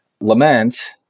lament